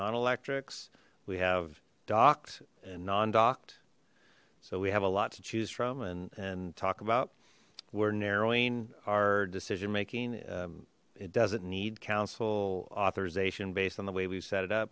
non electrics we have docked and non docked so we have a lot to choose from and and talk about we're narrowing our decision making it doesn't need council authorization based on the way we've set it up